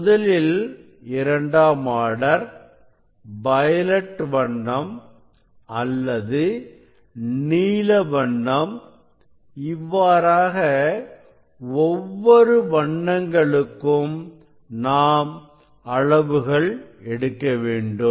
முதலில் இரண்டாம் order violet வண்ணம் அல்லது நீல வண்ணம் இவ்வாறாக ஒவ்வொரு வண்ணங்களுக்கும் நாம் அளவுகள் எடுக்க வேண்டும்